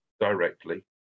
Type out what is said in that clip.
directly